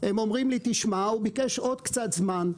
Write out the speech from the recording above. הם אומרים לי שהוא ביקש עוד קצת זמן.